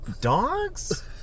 dogs